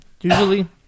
Usually